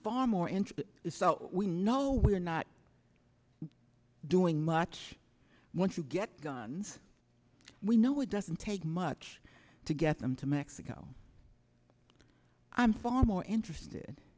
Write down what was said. far more interested is that we know we're not doing much once you at guns we know it doesn't take much to get them to mexico i'm far more interested